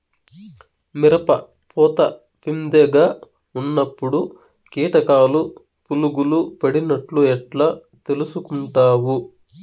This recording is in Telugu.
మిరప పూత పిందె గా ఉన్నప్పుడు కీటకాలు పులుగులు పడినట్లు ఎట్లా తెలుసుకుంటావు?